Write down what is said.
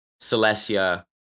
Celestia